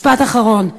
משפט אחרון.